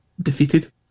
defeated